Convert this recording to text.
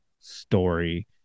story